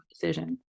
decision